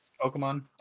Pokemon